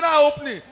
opening